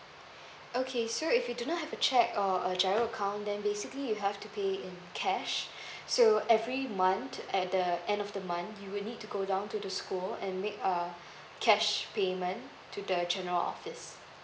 okay so if you do not have a cheque or a giro account then basically you have to pay in cash so every month at the end of the month you will need to go down to the school and make um cash payment to the general office